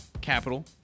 capital